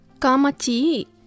Kamachi